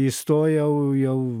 įstojau jau